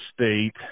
State